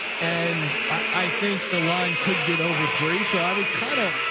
and i think the line could get over three. so i would kind of,